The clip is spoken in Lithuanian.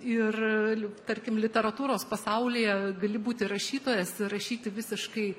ir tarkim literatūros pasaulyje gali būti rašytojas rašyti visiškai